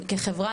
כחברה,